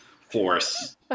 force